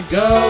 go